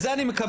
את זה אני מקבל.